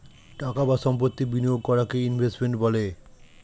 টাকা বা সম্পত্তি বিনিয়োগ করাকে ইনভেস্টমেন্ট বলে